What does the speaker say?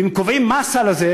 ואם קובעים מה הסל הזה,